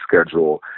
schedule